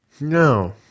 No